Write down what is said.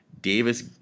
Davis